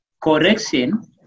correction